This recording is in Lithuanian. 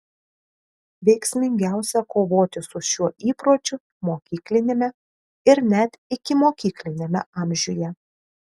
veiksmingiausia kovoti su šiuo įpročiu mokykliniame ir net ikimokykliniame amžiuje